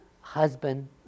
husband